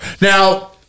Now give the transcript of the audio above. Now